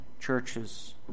churches